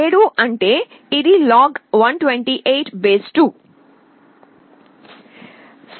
7 అంటే ఇది LOG 2 128